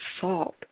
salt